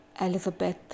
Elizabeth